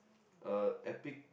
uh epic